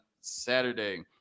Saturday